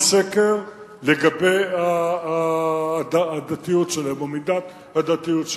שקר לגבי הדתיות שלהן ומידת הדתיות שלהן,